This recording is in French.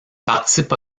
participe